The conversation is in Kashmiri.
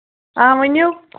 آ ؤنِو